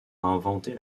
inventer